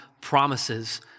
promises